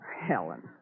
Helen